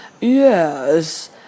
Yes